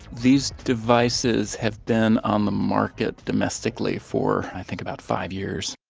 these devices have been on the market domestically for i think about five years.